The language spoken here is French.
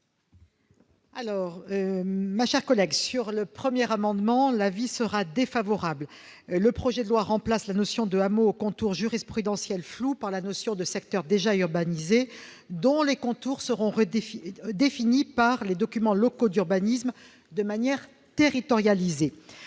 l'avis de la commission sur ces deux amendements ? Ma chère collègue, le projet de loi remplace la notion de hameau aux contours jurisprudentiels flous par la notion de secteur déjà urbanisé dont les contours seront définis par les documents locaux d'urbanisme de manière territorialisée.